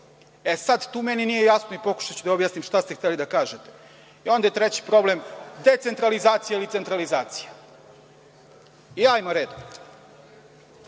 Sada tu meni nije jasno i pokušaću da objasnim šta ste hteli da kažete. Treći problem je decentralizacija ili centralizacija. Hajdemo redom.